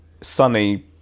sunny